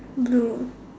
do